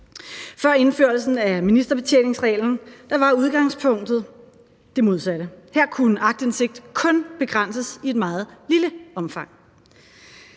Før indførelsen af ministerbetjeningsreglen var udgangspunktet det modsatte. Her kunne aktindsigt kun begrænses i et meget lille omfang.